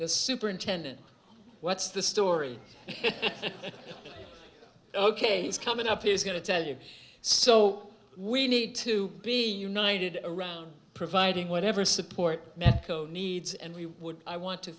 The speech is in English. the superintendent what's the story ok is coming up is going to tell you so we need to be united around providing whatever support medco needs and we would i want to